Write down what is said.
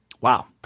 Wow